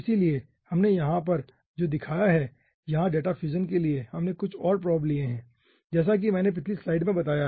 इसलिए हमने यहां पर जो दिखाया है यहां डेटा फ्यूजन के लिए हमने कुछ और प्रोब लिए है जैसा कि मैंने पिछली स्लाइड में बताया है